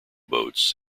boats